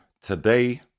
today